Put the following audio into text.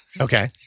Okay